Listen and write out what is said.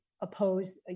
oppose